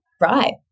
right